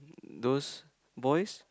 those boys